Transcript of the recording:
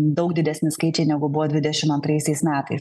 daug didesni skaičiai negu buvo dvidešimt antraisiais metais